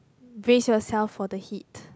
brace yourself for the heat